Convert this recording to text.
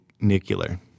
Nuclear